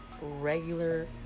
regular